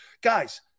guys